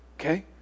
Okay